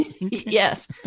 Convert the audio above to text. yes